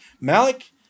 Malik